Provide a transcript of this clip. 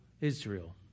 Israel